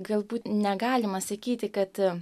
galbūt negalima sakyti kad